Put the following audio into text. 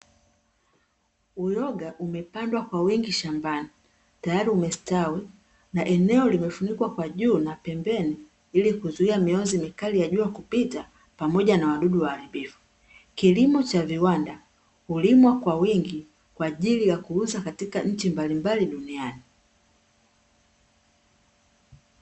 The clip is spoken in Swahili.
Uyoga umepandwa kwa wingi shambani, tayari umestawi na eneo limefunikwa kwa juu na pembeni, ili kuzuia mionzi mikali ya jua kupita, pamoja na wadudu waharibifu. Kilimo cha viwanda hulimwa kwa wingi, kwa ajili ya kuuza katika nchi mbalimbali duniani.